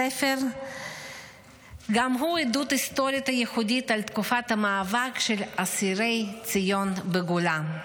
גם הספר הוא עדות היסטורית ייחודית על תקופת המאבק של אסירי ציון בגולה.